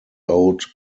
out